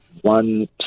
one